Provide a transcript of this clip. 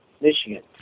Michigan